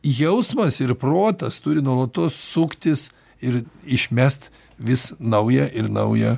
jausmas ir protas turi nuolatos suktis ir išmest vis naują ir naują